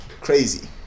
crazy